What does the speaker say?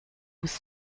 was